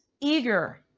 eager